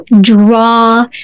draw